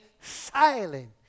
silent